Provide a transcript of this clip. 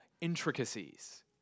intricacies